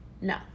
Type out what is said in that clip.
no